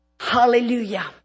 Hallelujah